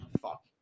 Fuck